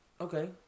Okay